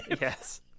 Yes